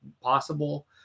possible